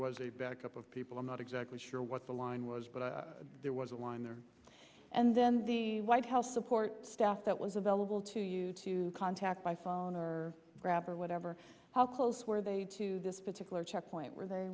was a back up of people i'm not exactly sure what the line was but i there was a line there and then the white house support staff that was available to you to contact by phone or grab or whatever how close were they to this particular checkpoint were they